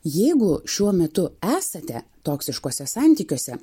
jeigu šiuo metu esate toksiškuose santykiuose